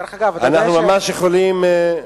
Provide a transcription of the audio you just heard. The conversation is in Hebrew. אנחנו ממש יכולים,